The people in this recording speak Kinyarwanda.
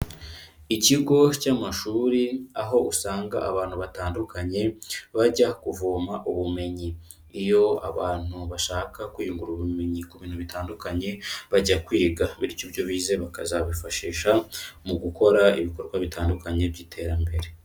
Ikigo cy'amashuri aho usanga abantu batandukanye bajya kuvoma ubumenyi. Iyo abantu bashaka kwiyungura ubumenyi ku bintu bitandukanye bajya kwiga bityo ibyo bize bakazabyifashisha mu gukora ibikorwa bitandukanye by'iterambere.